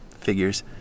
Figures